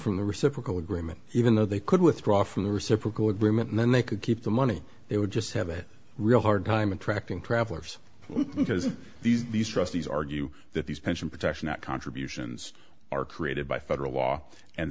from the reciprocal agreement even though they could withdraw from the reciprocal agreement and then they could keep the money they would just have it real hard time attracting travellers because these trustees argue that these pension protection that contributions are created by federal law and